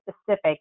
specific